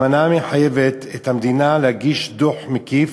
האמנה מחייבת את המדינה להגיש דוח מקיף,